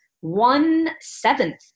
one-seventh